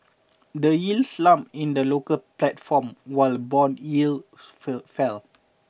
the Euro slumped in the local platform while bond yields fell